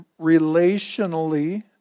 relationally